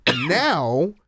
now